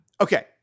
okay